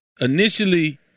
Initially